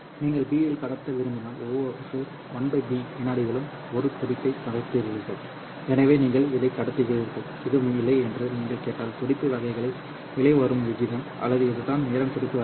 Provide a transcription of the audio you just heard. நீங்கள் B இல் கடத்த விரும்பினால் ஒவ்வொரு 1 B விநாடிகளிலும் 1 துடிப்பை கடத்துகிறீர்கள் எனவே நீங்கள் இதை கடத்துகிறீர்கள் இது இல்லை என்று நீங்கள் கேட்டால் துடிப்பு வகைகள் வெளியே வரும் விகிதம் அல்லது இதுதான் நேரம் துடிப்பு வகைகள்